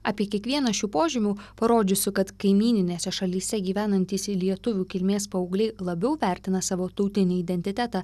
apie kiekvieną šių požymių parodžiusių kad kaimyninėse šalyse gyvenantys lietuvių kilmės paaugliai labiau vertina savo tautinį identitetą